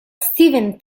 steven